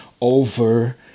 over